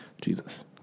Jesus